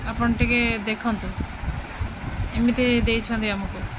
ଆପଣ ଟିକେ ଦେଖନ୍ତୁ ଏମିତି ଦେଇଛନ୍ତି ଆମକୁ